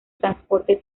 transporte